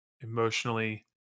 emotionally